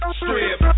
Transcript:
strip